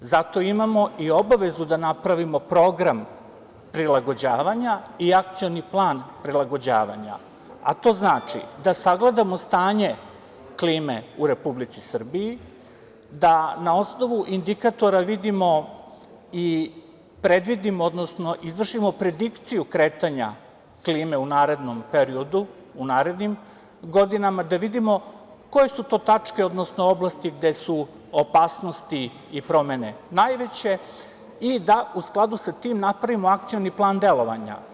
Zato imamo i obavezu da napravimo program prilagođavanja i akcioni plan prilagođavanja, a to znači da sagledamo stanje klime u Republici Srbiji, da na osnovu indikatora vidimo i izvršimo predikciju kretanja klime u narednom periodu u narednim godinama, da vidimo koje su to tačke, odnosno oblasti gde su opasnosti i promene najveće i da u skladu sa tim napravimo akcioni plan delovanja.